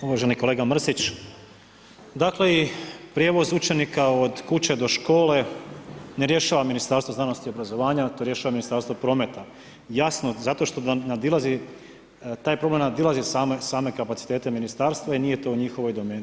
Uvaženi kolega Mrsić, dakle i prijevoz učenika od kuće do škole ne rješava Ministarstvo znanosti i obrazovanja, to rješava Ministarstvo prometa, jasno, zato što vam nadilazi, taj problem nadilazi same kapacitete ministarstva i nije to u njihovoj domeni.